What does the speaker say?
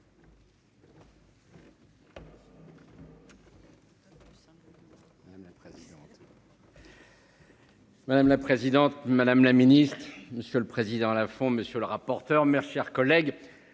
Madame la présidente Madame la Ministre, Monsieur le Président la font. Monsieur le rapporteur. Chers collègues